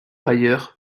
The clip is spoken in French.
ailleurs